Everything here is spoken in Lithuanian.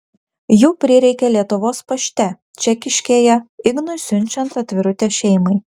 jų prireikė lietuvos pašte čekiškėje ignui siunčiant atvirutę šeimai